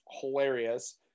hilarious